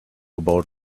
about